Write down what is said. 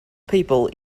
people